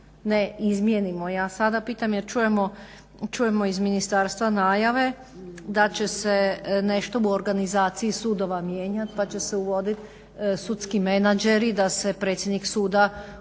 ne izmijenimo ja sada pitam jer čujemo iz ministarstva najave da će se nešto u organizaciji sudova mijenjati pa će se uvoditi sudski menadžeri da se predsjednik suda oslobodi